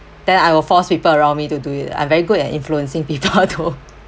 then I will force people around me to do it I'm very good at influencing people to